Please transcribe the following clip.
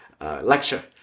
lecture